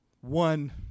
One